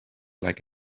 like